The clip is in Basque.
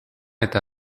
eta